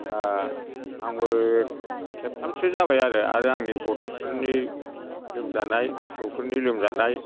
दा आंबो खेबथामसो जाबाय आरो आरो आंनि गथ'फोरनि लोमजानाय फिसौफोरनि लोमजानाय